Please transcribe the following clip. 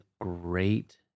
great